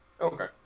Okay